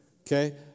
Okay